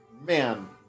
man